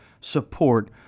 support